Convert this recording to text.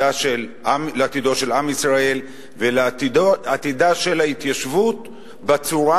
לעתידו של עם ישראל ולעתידה של ההתיישבות בצורה